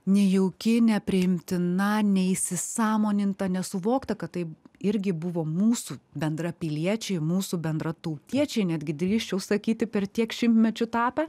nejauki nepriimtina neįsisąmoninta nesuvokta kad tai irgi buvo mūsų bendrapiliečiai mūsų bendratautiečiai netgi drįsčiau sakyti per tiek šimtmečių tapę